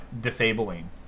disabling